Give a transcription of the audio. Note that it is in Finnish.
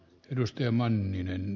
arvoisa puhemies